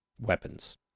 weapons